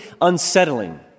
unsettling